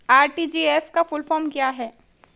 RTGS का full form क्या है?